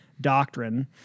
doctrine